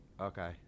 Okay